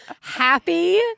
happy